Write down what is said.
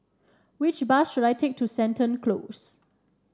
which bus should I take to Seton Close